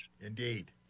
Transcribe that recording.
Indeed